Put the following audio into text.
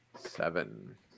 Seven